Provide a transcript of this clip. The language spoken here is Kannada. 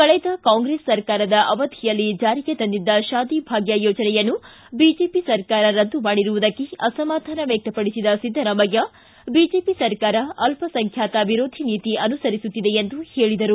ಕಳೆದ ಕಾಂಗ್ರೆಸ್ ಸರ್ಕಾರದ ಅವಧಿಯಲ್ಲಿ ಜಾರಿಗೆ ತಂದಿದ್ದ ಶಾದಿಭಾಗ್ಯ ಯೋಜನೆಯನ್ನು ಬಿಜೆಪಿ ಸರ್ಕಾರ ರದ್ದು ಮಾಡಿರುವುದಕ್ಕೆ ಅಸಮಾಧಾನ ವ್ಯಕ್ತಪಡಿಸಿದ ಸಿದ್ದರಾಮಯ್ಯ ಬಿಜೆಪಿ ಸರ್ಕಾರ ಅಲ್ಪಸಂಖ್ಯಾತ ವಿರೋಧಿ ನೀತಿ ಅನುಸರಿಸುತ್ತಿದೆ ಎಂದು ಹೇಳಿದರು